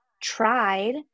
tried